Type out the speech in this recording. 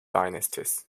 dynasties